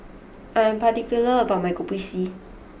I am particular about my Kopi C